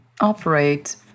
operate